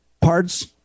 parts